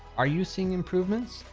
are you seeing improvements?